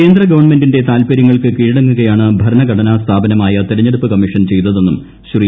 കേന്ദ്രഗവൺമെന്റിന്റെ താൽപ്പര്യങ്ങൾക്ക് കീഴടങ്ങുകയാണ് ഭരണഘടനാ സ്ഥാപനമായ തെരഞ്ഞെടുപ്പ് കമ്മീഷൻ ചെയ്തതെന്നും ശ്രീ